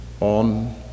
on